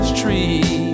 tree